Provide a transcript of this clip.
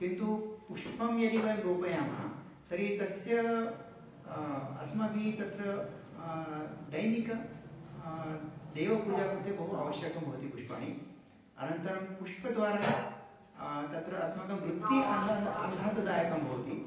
किन्तु पुष्पं यदि वयं रोपयामः तर्हि तस्य अस्माभिः तत्र दैनिक देवपूजायाः कृते बहु आवश्यकं भवति पुष्पाणि अनन्तरं पुष्पद्वारा तत्र अस्माकं वृत्तिः आह्लादम् आह्लाददायकं भवति